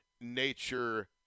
nature